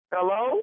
Hello